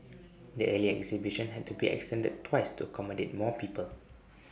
the earlier exhibition had to be extended twice to accommodate more people